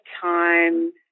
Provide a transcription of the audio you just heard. time